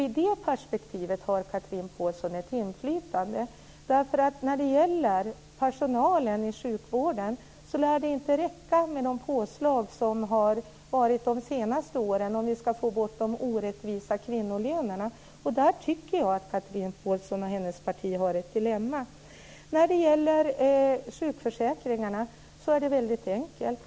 I det perspektivet har Chatrine Pålsson ett inflytande. När det gäller personalen i sjukvården lär det inte räcka med de påslag som har skett de senaste åren om vi ska få bort de orättvisa kvinnolönerna. Där tycker jag att Chatrine Pålsson och hennes parti står inför ett dilemma. När det gäller sjukförsäkringarna är det väldigt enkelt.